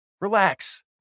Relax